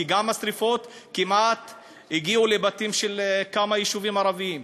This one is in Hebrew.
כי השרפות גם כמעט הגיעו לבתים של כמה יישובים ערביים.